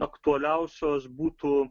aktualiausios būtų